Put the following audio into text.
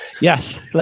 yes